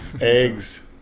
eggs